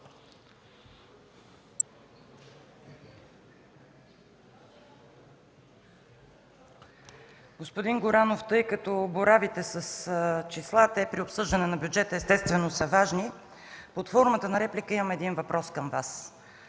Господин Горанов, тъй като боравите с числа, при обсъждане на бюджет те, естествено, са важни, под формата на реплика имам един въпрос към Вас.